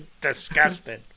Disgusting